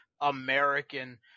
American